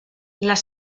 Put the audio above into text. las